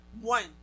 One